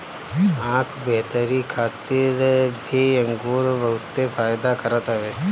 आँख बेहतरी खातिर भी अंगूर बहुते फायदा करत हवे